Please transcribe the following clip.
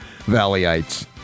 Valleyites